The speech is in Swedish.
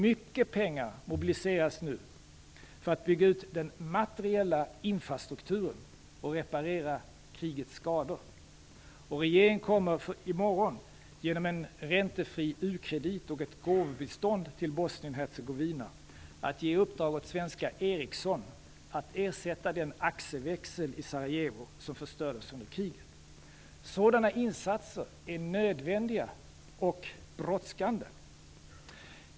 Mycket pengar mobiliseras nu för att bygga ut den materiella infrastrukturen och reparera krigets skador. Regeringen kommer i morgon genom en räntefri u-kredit och ett gåvobistånd till Bosnien-Hercegovina att ge uppdrag åt svenska Ericsson att ersätta den AXE-växel i Sarajevo som förstördes under kriget. Sådana insatser är nödvändiga och brådskande.